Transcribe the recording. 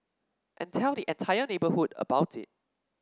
and tell the entire neighbourhood about it